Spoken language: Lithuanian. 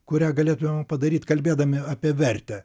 kurią galėtumėm padaryt kalbėdami apie vertę